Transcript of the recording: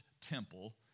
temple